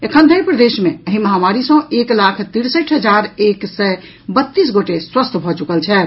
एखन धरि प्रदेश मे एहि महामारी सँ एक लाख तिरसठि हजार एक सय बत्तीस गोटे स्वस्थ भऽ चुकल छथि